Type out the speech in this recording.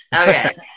Okay